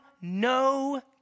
no